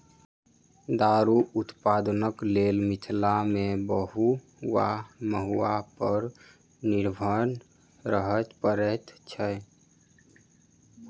दारूक उत्पादनक लेल मिथिला मे महु वा महुआ पर निर्भर रहय पड़ैत छै